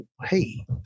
Hey